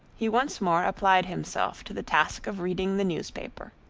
he once more applied himself to the task of reading the newspaper.